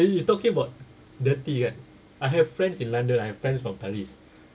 you talking about dirty kan I have friends in london I have friends from paris